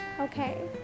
okay